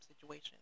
situation